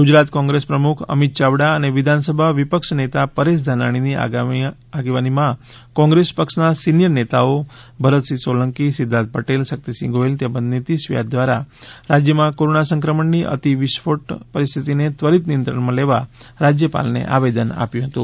ગુજરાત કોંગ્રેસ પ્રમુખ અમિત ચાવડા અને વિધાનસભા વિપક્ષ નેતા પરેશ ધાનાણીની આગેવાનીમાં કોંગ્રેસ પક્ષના સિનિયર નેતાઓ ભરતસિંહ સોલંકી સિદ્વાર્થ પટેલ શકિતસિંહ ગોહિલ તેમજ નીશિત વ્યાસ દ્વારા રાજ્યમાં કોરોના સંક્રમણની અતિ વિસ્ફોટ પરિસ્થિતિને ત્વરિત નિયંત્રણમાં લેવા રાજ્યપાલને આવેદન આપ્યું હતું